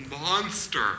monster